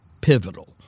pivotal